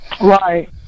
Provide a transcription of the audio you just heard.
Right